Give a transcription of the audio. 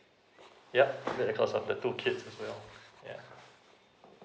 yup include the cost of the two kids as well yeah